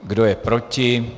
Kdo je proti?